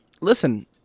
listen